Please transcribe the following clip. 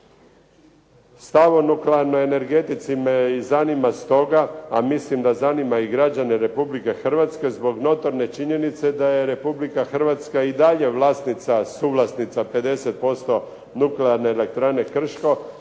Stav o nuklearnoj energetici me i zanima stoga, a mislim da zanima i građane Republike Hrvatske zbog notorne činjenice da je Republika Hrvatska i dalje vlasnica, suvlasnica 50% NE "Krško"